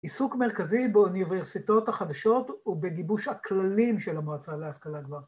עיסוק מרכזי באוניברסיטות החדשות ובגיבוש הכללים של המועצה להשכלה גבוהה.